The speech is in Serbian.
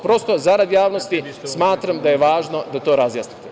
Prosto zarad javnosti, smatram da je važno da to razjasnimo.